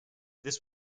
this